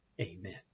Amen